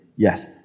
Yes